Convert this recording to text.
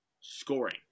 scoring